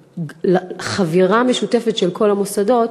וחבירה משותפת של כל המוסדות,